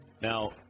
Now